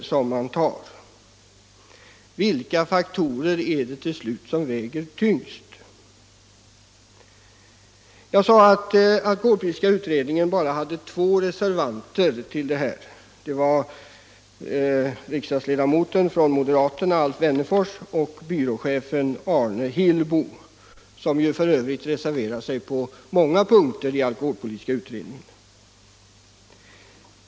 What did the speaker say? Vilka faktorer är det till sist som väger tyngst? Jag sade att det bara var två ledamöter av alkoholpolitiska utredningen som reserverade sig på denna punkt. Det var riksdagsledamoten från moderaterna Alf Wennerfors och byråchefen Arne Hillbo, som f. ö. reserverat sig på många punkter i alkoholpolitiska utredningen.